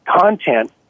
content